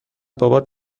بابات